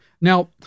Now